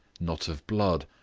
not of blood,